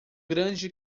grande